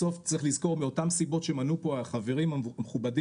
בסוף צריך לזכור מאותן סיבות שמנו פה החברים המכובדים,